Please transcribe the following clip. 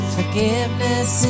Forgiveness